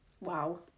wow